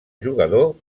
jugador